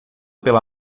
pela